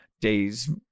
days